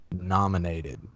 nominated